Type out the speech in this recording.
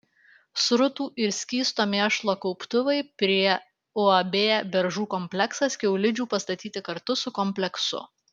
srutų ir skysto mėšlo kauptuvai prie uab beržų kompleksas kiaulidžių pastatyti kartu su kompleksu